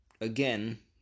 Again